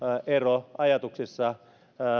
ero ajatuksissa